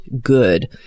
good